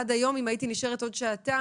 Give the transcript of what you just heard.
עד היום אם הייתי נשארת עוד שעתיים,